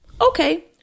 Okay